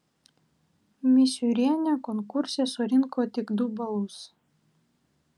misiūrienė konkurse surinko tik du balus